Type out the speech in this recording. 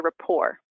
Rapport